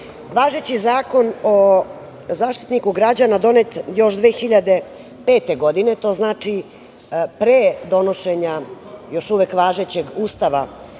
važeći Zakon o Zaštitniku građana donet još 2005. godine, to znači pre donošenja još uvek važećeg Ustava